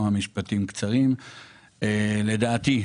לדעתי,